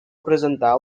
presentar